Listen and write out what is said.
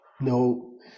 No